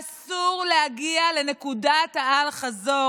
אסור להגיע לנקודת האל-חזור.